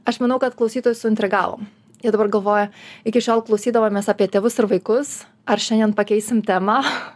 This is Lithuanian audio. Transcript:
aš manau kad klausytojus suintrigavom ir dabar galvoja iki šiol klausydavomės apie tėvus ir vaikus ar šiandien pakeisim temą